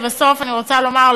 לבסוף אני רוצה לומר,